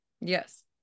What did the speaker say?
Yes